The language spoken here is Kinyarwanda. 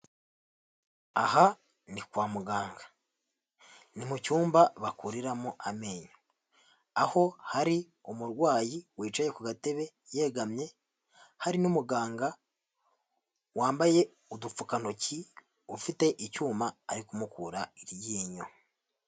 Aha ni kwa muganga. Ni mu cyumba bakuriramo amenyo. Aho hari umurwayi wicaye ku gatebe yegamye, hari n'umuganga wambaye udupfukantoki, ufite icyuma, ari kumukura iryinyo.